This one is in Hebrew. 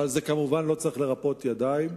אבל זה לא צריך לרפות ידיים,